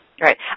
Right